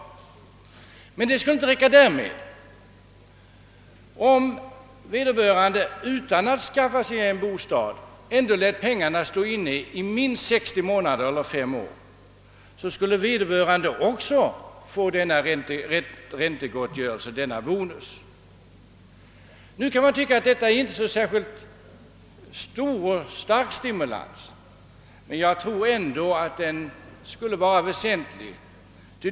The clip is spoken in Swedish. Men det skulle inte räcka därmed. Om vederbörande utan att skaffa sig en bostad lät pengarna stå inne i minst fem år, skulle han också få denna bonus. Man kan tycka att detta inte är någon särskilt stark stimulans, men jag tror ändå att den skulle vara väsentlig.